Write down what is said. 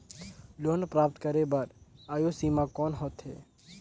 Loan प्राप्त करे बर आयु सीमा कौन होथे?